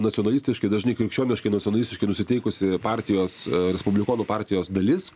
nacionalistiškai dažnai krikščioniškai nacionalistiškai nusiteikusi partijos respublikonų partijos dalis